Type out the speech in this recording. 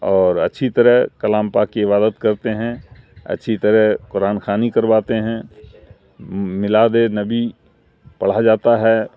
اور اچھی طرح کلام پاک کی عبادت کرتے ہیں اچھی طرح قرآن خوانی کرواتے ہیں میلاد نبی پڑھا جاتا ہے